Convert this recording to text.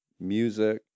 music